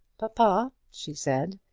papa, she said,